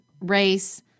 race